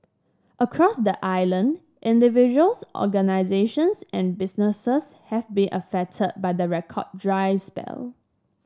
across the island individuals organisations and businesses have been affected by the record dry spell